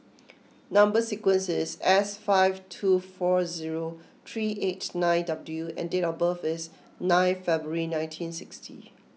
Number Sequence is S five two four zero three eight nine W and date of birth is nine February nineteen sixty